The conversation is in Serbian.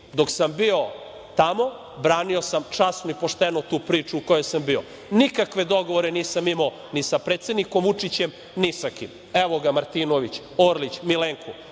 sam bio tamo, branio sam časno i pošteno tu priču u kojoj sam bio. Nikakve dogovore nisam imao ni sa predsednikom Vučićem, ni sa kim. Evo ga Martinović, Orlić, Milenko.